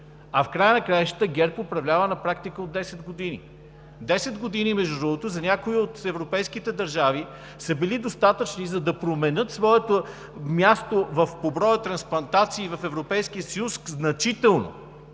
В края на краищата ГЕРБ управлява на практика от 10 години. Десет години, между другото, за някои от европейските държави са били достатъчни, за да променят своето място по броя трансплантации в Европейския съюз – значително!